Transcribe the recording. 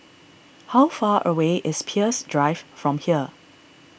how far away is Peirce Drive from here